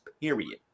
period